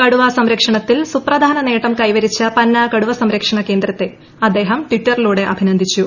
കടുവാ സംരക്ഷണത്തിൽ സുപ്രധാന നേട്ടം കൈവരിച്ച പന്നാ കടുവസംരക്ഷണ കേന്ദ്രത്തെ അദ്ദേഹം ടിറ്ററിലൂടെ അഭിനന്ദിച്ചു